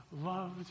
loved